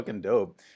dope